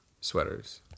sweaters